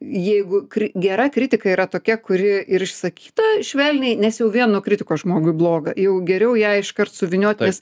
jeigu kri gera kritika yra tokia kuri ir išsakyta švelniai nes jau vien nuo kritikos žmogui bloga jau geriau ją iškart suvyniot nes